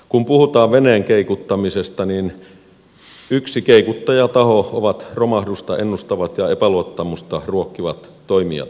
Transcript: kun puhutaan veneen keikuttamisesta niin yksi keikuttajataho ovat romahdusta ennustavat ja epäluottamusta ruokkivat toimijat